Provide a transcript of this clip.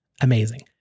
Amazing